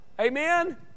Amen